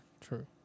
True